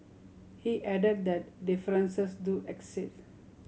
he added that differences do exist